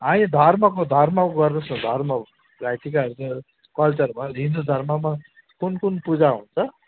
होइन धर्मको धर्मको गर्नोस् न धर्मको भाइ टिकाहरू त कल्चर भयो हिन्दू धर्ममा कुन कुन पूजा हुन्छ